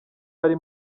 ari